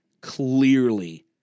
clearly